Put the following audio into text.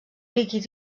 líquid